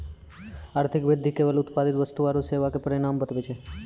आर्थिक वृद्धि केवल उत्पादित वस्तु आरू सेवा के परिमाण बतबै छै